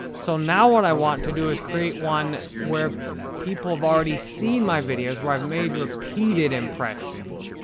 so now what i want to do is create one where people have already seen my videos, where i've made repeated impressions.